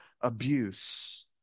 abuse